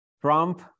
Trump